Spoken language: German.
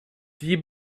die